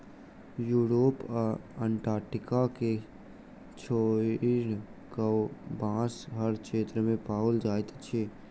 Europe आ Antarctica के छोइड़ कअ, बांस हर क्षेत्र में पाओल जाइत अछि